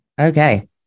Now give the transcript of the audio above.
Okay